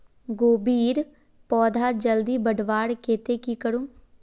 कोबीर पौधा जल्दी बढ़वार केते की करूम?